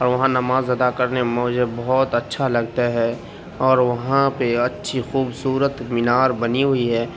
اور وہاں نماز ادا کرنے میں مجھے بہت اچھا لگتا ہے اور وہاں پہ اچھی خوبصورت مینار بنی ہوئی ہے